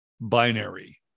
binary